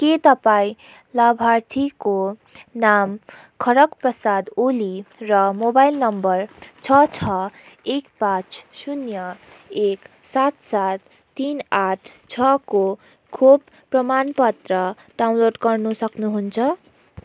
के तपाईँँ लाभार्थीको नाम खढ्ग प्रसाद ओली र मोबाइल नम्बर छ छ एक पाँच शून्य एक सात सात तिन आठ छ को खोप प्रमाणपत्र डाउनलोड गर्नु सक्नुहुन्छ